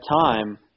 time